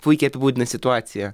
puikiai apibūdina situaciją